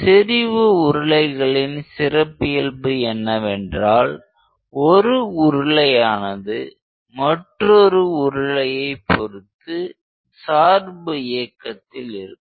செறிவு உருளைகளின் சிறப்பியல்பு என்னவென்றால் ஒரு உருளையானது மற்றொரு உருளையைப் பொருத்து சார்பு இயக்கத்தில் இருக்கும்